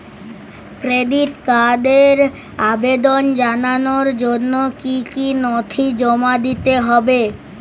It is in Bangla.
ক্রেডিট কার্ডের আবেদন জানানোর জন্য কী কী নথি জমা দিতে হবে?